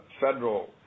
Federal